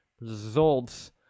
Results